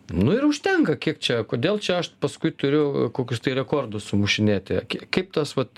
nu ir užtenka kiek čia kodėl čia aš paskui turiu kokius rekordus sumušinėti kaip tas vat